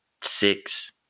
six